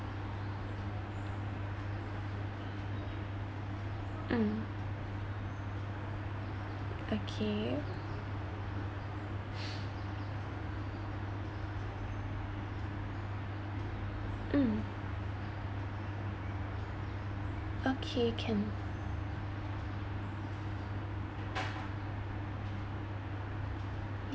mm okay mm okay can